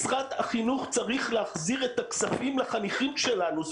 משרד החינוך צריך להחזיר את הכסף לחניכים שלנו.